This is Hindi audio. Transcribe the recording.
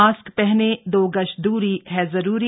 मास्क पहनें दो गज दूरी है जरूरी